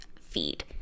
feed